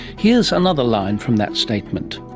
here's another line from that statement.